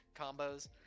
combos